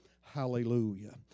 Hallelujah